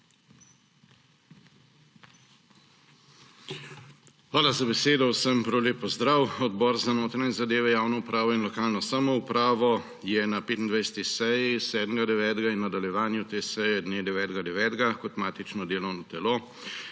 Hvala za besedo. Vsem prav lep pozdrav! Odbor za notranje zadeve, javno upravo in lokalno samoupravo je na 25. seji 7. 9. in v nadaljevanju te seje 9. 9. kot matično delovno telo